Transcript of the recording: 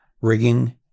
rigging